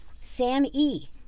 SAM-E